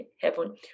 heaven